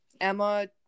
Emma